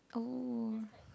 oh